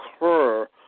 occur